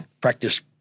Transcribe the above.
practice